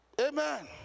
Amen